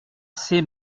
c’est